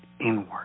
inward